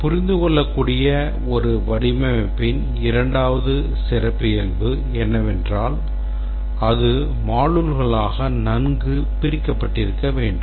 புரிந்துகொள்ளக்கூடிய ஒரு வடிவமைப்பின் இரண்டாவது சிறப்பியல்பு என்னவென்றால் அது moduleகளாக நன்கு பிரிக்கப்பட்டிருக்க வேண்டும்